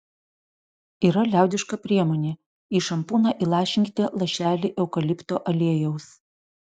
yra liaudiška priemonė į šampūną įlašinkite lašelį eukalipto aliejaus